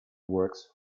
works